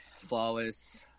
Flawless